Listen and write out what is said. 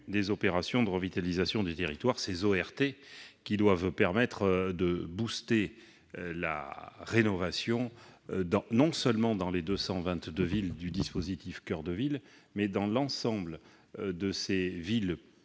des opérations de revitalisation des territoires. Ces ORT doivent permettre de « booster » la rénovation, non seulement dans les 222 villes du programme « Action coeur de ville », mais aussi dans l'ensemble de ces villes